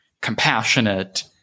compassionate